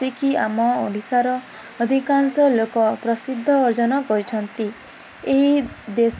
ସେ କିି ଆମ ଓଡ଼ିଶାର ଅଧିକାଂଶ ଲୋକ ପ୍ରସିଦ୍ଧ ଅର୍ଜନ କରିଛନ୍ତି ଏହି ଦେଶ